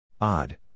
Odd